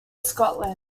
scotland